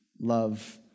love